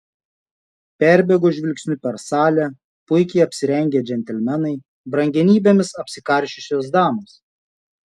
perbėgo žvilgsniu per salę puikiai apsirengę džentelmenai brangenybėmis apsikarsčiusios damos